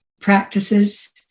practices